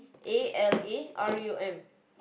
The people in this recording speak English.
A L A R U M